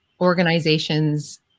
organizations